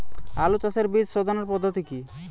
আলু চাষের বীজ সোধনের পদ্ধতি কি?